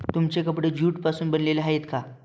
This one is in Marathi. तुमचे कपडे ज्यूट पासून बनलेले आहेत का?